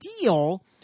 deal